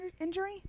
injury